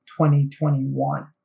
2021